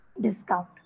discount